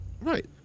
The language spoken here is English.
Right